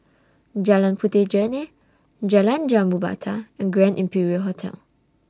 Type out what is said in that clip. Jalan Puteh Jerneh Jalan Jambu Batu and Grand Imperial Hotel